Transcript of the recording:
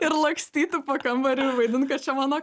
ir lakstyti po kambarį ir vaidint kad čia mano